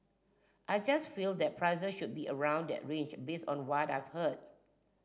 I just feel that prices should be around that range based on what I've heard